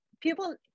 people